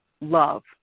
Love